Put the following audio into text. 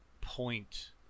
point